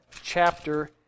chapter